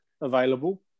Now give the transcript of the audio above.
available